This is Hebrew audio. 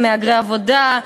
הם מהגרי עבודה,